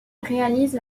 réalise